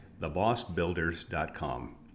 thebossbuilders.com